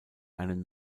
einen